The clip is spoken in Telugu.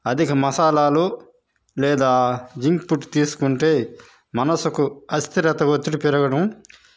అధిక మసాలాలు లేదా జంక్ ఫుడ్ తీసుకుంటే మనసుకు అస్థిరత ఒత్తిడి పెరగడం